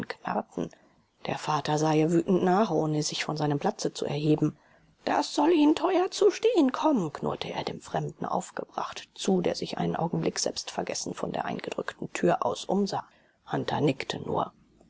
knarrten der vater sah ihr wütend nach ohne sich von seinem platze zu erheben das soll ihnen teuer zu stehen kommen knurrte er dem fremden aufgebracht zu der sich einen augenblick selbstvergessen von der eingedrückten tür aus umsah hunter nickte nur